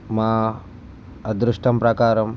మా అదృష్టం ప్రకారం